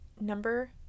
Number